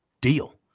deal